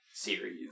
series